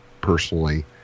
personally